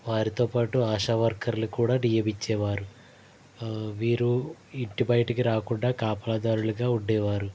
వారితో పాటు ఆశావర్కర్లు కూడా నియమించేవారు వీరు ఇంటి బయటికి రాకుండా కాపలాదారులుగా ఉండేవారు